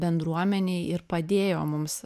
bendruomenei ir padėjo mums